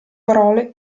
parole